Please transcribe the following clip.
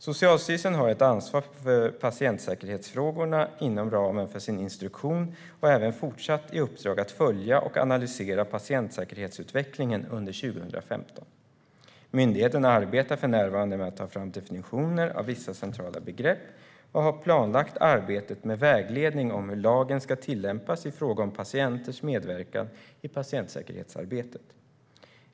Socialstyrelsen har ett ansvar för patientsäkerhetsfrågorna inom ramen för sin instruktion och har även fortsatt i uppdrag att följa och analysera patientsäkerhetsutvecklingen under 2015. Myndigheten arbetar för närvarande med att ta fram definitioner av vissa centrala begrepp och har planlagt arbetet med vägledning om hur lagen ska tillämpas i fråga om patienters medverkan i patientsäkerhetsarbetet.